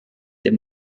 dem